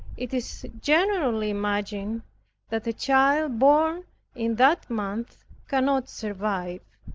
it is generally imagined that a child born in that month cannot survive.